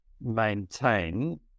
maintain